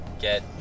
get